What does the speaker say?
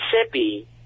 Mississippi